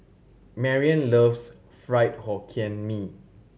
Marrion loves Fried Hokkien Mee